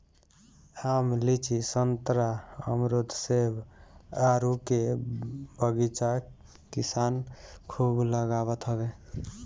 आम, लीची, संतरा, अमरुद, सेब, आडू के बगीचा किसान खूब लगावत हवे